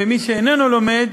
ומי שאיננו לומד,